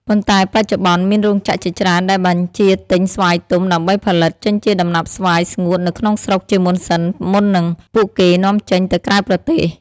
ប៉ុន្ដែ បច្ចុប្បន្នមានរោងចក្រជាច្រើនដែលបញ្ជាទិញស្វាយទុំដើម្បីផលិតចេញជាដំណាប់ស្វាយស្ងួតនៅក្នុងស្រុកជាមុនសិន មុននឹងពួកគេនាំចេញទៅក្រៅប្រទេស។